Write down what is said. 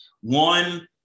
One